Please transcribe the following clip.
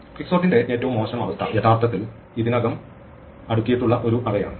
ക്വിക്സോർട്ടിന്റെ ഏറ്റവും മോശം അവസ്ഥ യഥാർത്ഥത്തിൽ ഇതിനകം അടുക്കിയിട്ടുള്ള ഒരു അറേയാണ്